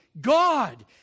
God